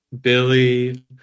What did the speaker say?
Billy